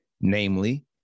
namely